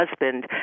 husband